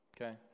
Okay